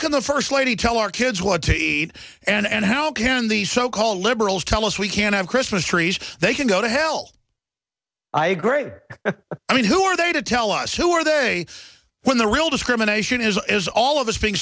can the first lady tell our kids what to eat and how can the so called liberals tell us we can't have christmas trees they can go to hell i agree i mean who are they to tell us who are they when the real discrimination is is all of us being